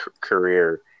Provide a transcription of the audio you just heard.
career